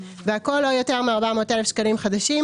והכול לא יותר מ-400,000 שקלים חדשים,